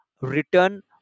return